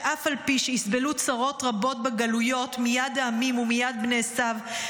שאף על פי שיסבלו צרות רבות בגלויות מיד העמים ומיד בני עשיו,